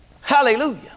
Hallelujah